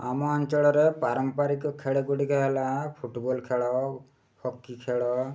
ଆମ ଅଞ୍ଚଳରେ ପାରମ୍ପରିକ ଖେଳ ଗୁଡ଼ିକ ହେଲା ଫୁଟବଲ୍ ଖେଳ ହକି ଖେଳ